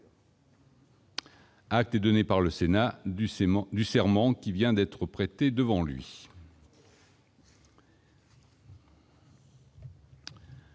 Acte est donné par le Sénat du serment qui vient d'être prêté devant lui.